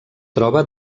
troba